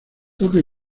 toca